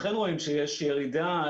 אכן רואים שיש ירידה.